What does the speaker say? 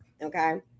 okay